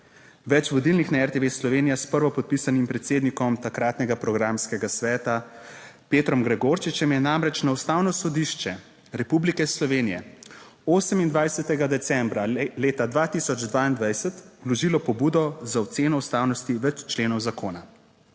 Več vodilnih na RTV Slovenija s prvopodpisanim predsednikom takratnega programskega sveta Petrom Gregorčičem je namreč na Ustavno sodišče Republike Slovenije 28. decembra leta 2022 vložilo pobudo za oceno ustavnosti več členov zakona.